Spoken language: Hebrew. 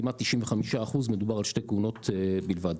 כמעט 95% מדובר על שתי כהונות בלבד.